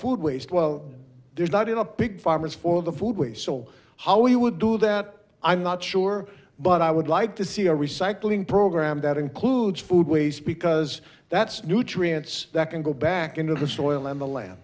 food waste well there's not in a pig farmers for the food we sold how we would do that i'm not sure but i would like to see a recycling program that includes food waste because that's nutrients that can go back into the soil and the land